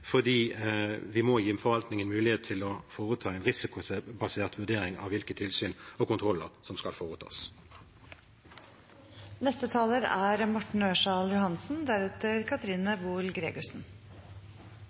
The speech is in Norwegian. fordi vi må gi forvaltningen en mulighet til å foreta en risikobasert vurdering av hvilke tilsyn og kontroller som skal foretas. Kongekrabben er